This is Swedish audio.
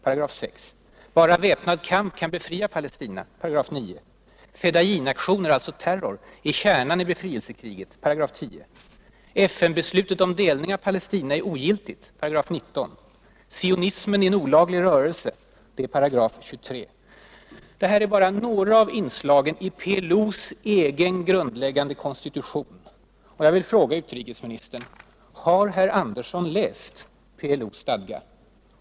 Bara väpnad kamp kan befria Palestina. Sionismen är en olaglig rörelse. Det här är bara några av inslagen i PLO:s egen grundläggande konstitution. Jag vill fråga utrikesministern: Har herr Andersson läst PLO:s konstitution?